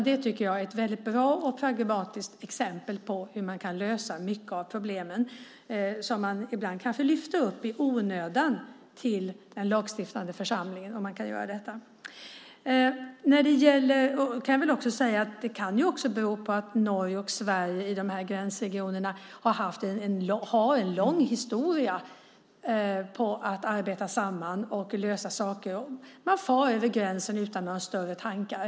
Detta tycker jag är ett bra och pragmatiskt exempel på hur man kan lösa många av de problem som man ibland i onödan lyfter upp till den lagstiftande församlingen. Det kan också bero på att Norge och Sverige i gränsregionerna har en lång historia av att arbeta samman och lösa saker. Man far över gränsen utan några större tankar.